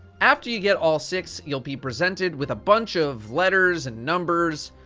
after you get all six, you'll be presented with a bunch of letters and numbers.